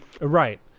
right